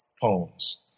poems